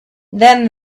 then